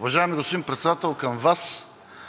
Уважаеми господин Председател, към Вас